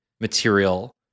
material